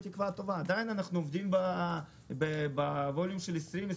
עדיין אנחנו עובדים בווליום של 25%-20%.